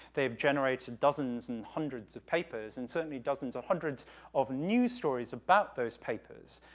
they've generated dozens and hundreds of papers, and certainly, dozens or hundreds of news stories about those papers,